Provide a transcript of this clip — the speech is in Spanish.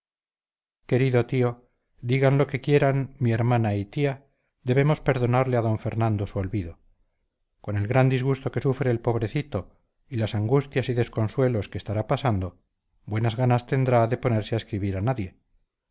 querido tío digan lo que quieran mi hermana y mi tía debemos perdonarle a d fernando su olvido con el gran disgusto que sufre el pobrecito y las angustias y desconsuelos que estará pasando buenas ganas tendrá de ponerse a escribir a nadie